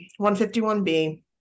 151B